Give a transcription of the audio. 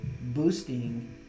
boosting